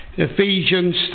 Ephesians